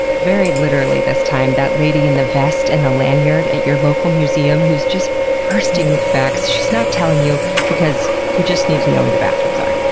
very literally this time, that lady in the vest and the lanyard at your local museum who's just bursting with facts she's not telling you because you just need to know where the bathrooms are,